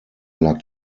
lag